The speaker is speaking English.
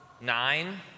Nine